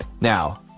Now